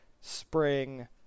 spring